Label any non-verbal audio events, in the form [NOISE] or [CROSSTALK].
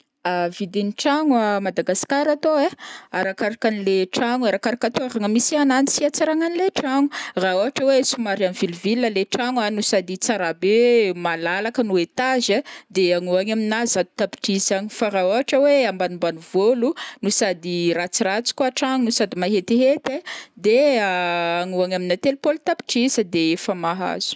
[HESITATION] vidin'ny tragno à Madagascar atô ai, arakarakan' le tragno, arakarakan' ny toeragna misy ananjy sy hatsaragnan' le tragno, raha ohatra hoe somary amin'ny ville ville le tragno a nosady tsara be, malalaka no étage ai de agny ho agny aminà zato tapitrisa agn, fa raha ohatra hoe ambanimbanivôlo no sady ratsiratsy koa tragno sady mahetihety ai de [HESITATION] agny ho agny amin'ny telopôlo tapitrisa d'efa mahazo.